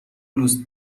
لوس